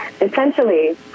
Essentially